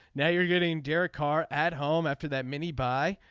now you're getting derek carr at home after that many by